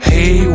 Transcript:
Hey